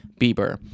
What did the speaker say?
Bieber